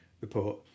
report